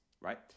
right